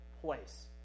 place